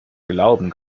glauben